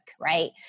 right